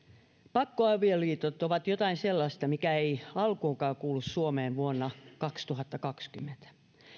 pakkoavioliitot ovat jotain sellaista mikä ei alkuunkaan kuulu suomeen vuonna kaksituhattakaksikymmentä